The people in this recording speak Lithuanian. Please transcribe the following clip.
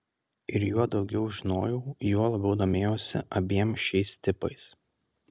ir juo daugiau žinojau juo labiau domėjausi abiem šiais tipais